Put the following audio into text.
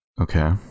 Okay